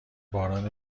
باران